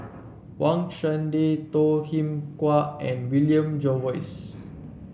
Wang Chunde Toh Kim Hwa and William Jervois